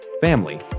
family